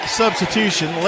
substitution